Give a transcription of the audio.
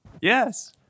Yes